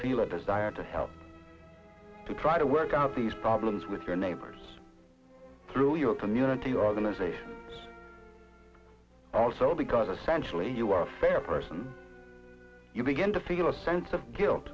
feel a desire to help to try to work out these problems with your neighbors through your community organization also because essentially you are fair person you begin to feel a sense of guilt